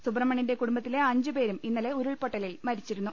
സുബ്രഹ്മണ്യന്റെ കുടുംബത്തിലെ അഞ്ച് പേരും ഇന്നലെ ഉരുൾപൊട്ടലിൽ മരിച്ചിരുന്നു